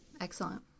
Excellent